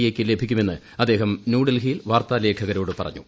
A യ്ക്ക് ലഭിക്കുമെന്ന് അദ്ദേഹം ന്യൂഡൽഹിയിൽ വാർത്താലേഖകരോട് പറഞ്ഞു